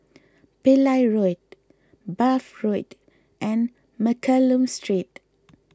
Pillai Road Bath Road and Mccallum Street